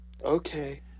Okay